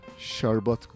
Sharbat